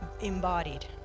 embodied